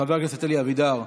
חבר הכנסת אלי אבידר,